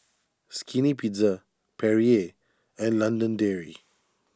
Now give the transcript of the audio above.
Skinny Pizza Perrier and London Dairy